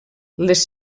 les